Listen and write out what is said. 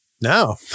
No